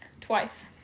twice